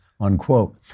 unquote